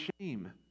shame